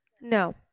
no